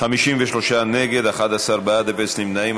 53 נגד, 11 בעד, אין נמנעים.